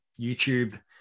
youtube